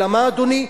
אלא מה, אדוני?